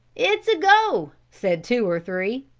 it is a go! said two or three.